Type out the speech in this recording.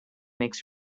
makes